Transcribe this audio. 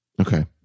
Okay